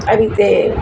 આ રીતે